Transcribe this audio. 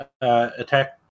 attack